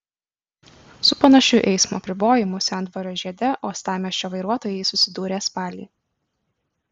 su panašiu eismo apribojimu sendvario žiede uostamiesčio vairuotojai susidūrė spalį